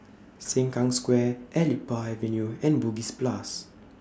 Sengkang Square Elite Park Avenue and Bugis Plus